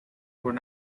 were